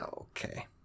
Okay